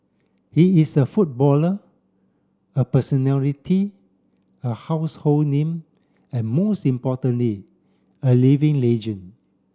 he is a footballer a personality a household name and most importantly a living legend